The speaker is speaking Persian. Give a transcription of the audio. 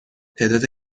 تعداد